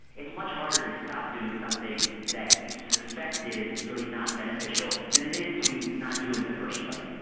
it's much harder to stop doing something that you suspect is really not beneficial than it is to not do it in the first place.